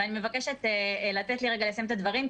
ואני מבקשת לתת לי רגע לסיים את הדברים,